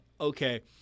okay